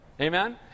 Amen